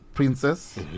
Princess